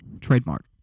Trademark